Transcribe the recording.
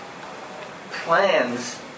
plans